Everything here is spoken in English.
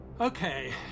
Okay